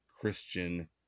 christian